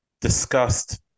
discussed